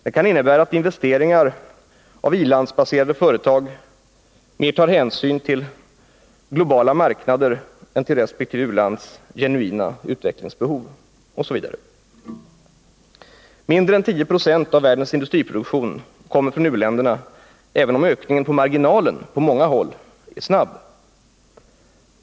Det kan innebära att investeringar av i-landsbaserade företag mer tar hänsyn till globala marknader än till resp. u-lands genuina utvecklingsbehov, osv. Mindre än 10 96 av världens industriproduktion kommer från u-länderna, även om ökningen på marginalen på många håll är snabb.